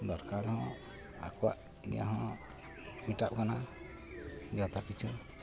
ᱫᱚᱨᱠᱟᱨ ᱦᱚᱸ ᱟᱠᱚᱣᱟᱜ ᱤᱭᱟᱹᱦᱚᱸ ᱢᱮᱴᱟᱜ ᱠᱟᱱᱟ ᱡᱚᱛᱚ ᱠᱤᱪᱷᱩ